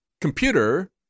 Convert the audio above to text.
computer